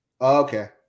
Okay